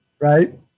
right